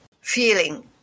feeling